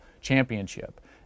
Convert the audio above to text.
championship